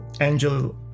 Angel